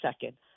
second